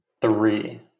three